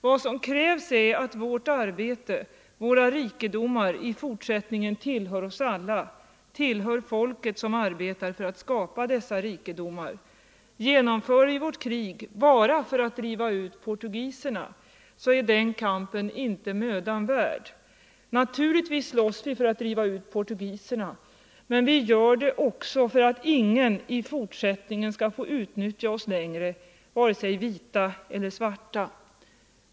Vad som krävs är att vårt arbete, våra rikedomar, i fortsättningen tillhör oss alla, tillhör folket som arbetar för att skapa dessa rikedomar. --- Genomför vi vårt krig bara för att driva ut portugiserna så är den kampen inte mödan värd. Naturligtvis slåss vi för att driva ut portugiserna, --- men vi gör det också för att ingen i fortsättningen skall få utnyttja oss längre, vare sig vita eller svarta.